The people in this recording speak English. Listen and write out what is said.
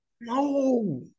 No